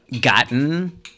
gotten